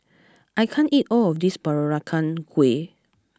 I can't eat all of this Peranakan Kueh